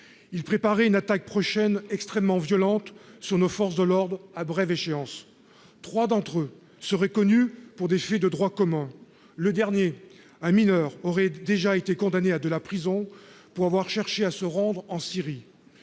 ils préparaient une attaque prochaine extrêmement violente son aux forces de l'ordre à brève échéance, 3 d'entre eux seraient connu pour des faits de droit commun, le dernier un mineur aurait déjà été condamné à de la prison pour avoir cherché à se rendre en Syrie,